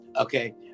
okay